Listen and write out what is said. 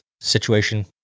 situation